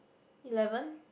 eleven